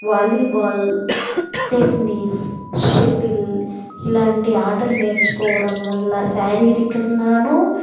volleyball tennis shuttle ఇలాంటి ఆటలు నేర్చుకోవడం వల్ల శారీరకంగానూ